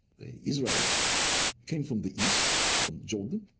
israelites came from the east, from jordan,